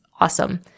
awesome